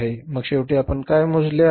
25000 मग शेवटी आपण काय मोजले आहे